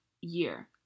year